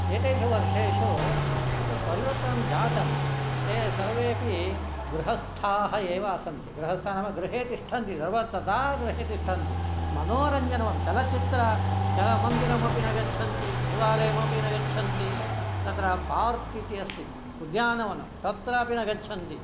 एतेषु वर्षेषु परिवर्तनं जातं ते सर्वेपि गृहस्थाः एव सन्ति गृहस्था नाम गृहे तिष्ठन्ति सर्वे तथा गृहे तिष्ठन्ति मनोरञ्जनं चलचित्र मन्दिरमपि न गच्छन्ति देवालयमपि न गच्छन्ति तत्र पार्क् इति अस्ति उद्यानवनं तत्र अपि न गच्छन्ति